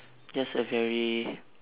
that's like very